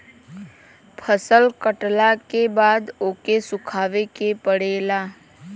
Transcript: फसल कटला के बाद ओके सुखावे के पड़ेला